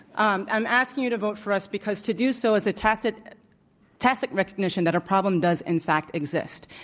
um i'm asking you to vote for us because to do so is a tacit tacit recognition that a problem does in fact exist.